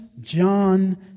John